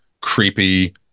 creepy